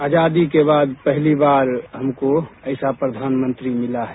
आजादी के बाद पहली बार हमको ऐसा प्रधानमंत्री मिला है